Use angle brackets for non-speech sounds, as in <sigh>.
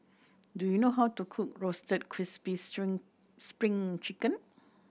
do you know how to cook Roasted Crispy <unintelligible> Spring Chicken